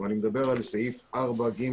ואני מדבר על סעיף 4ג(2).